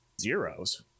Zeros